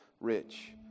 rich